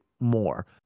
more